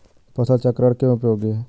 फसल चक्रण क्यों उपयोगी है?